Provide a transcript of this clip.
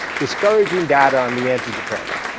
discouraging data on the antidepressant.